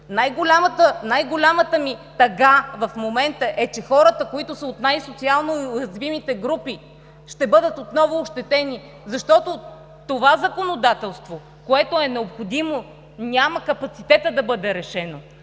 Най-голямата ми тъга в момента е, че хората, които са от най-социално уязвимите групи, ще бъдат отново ощетени, защото това законодателство, което е необходимо, няма капацитета да бъде решено.